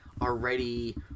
already